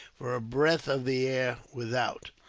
for a breath of the air without.